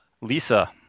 Lisa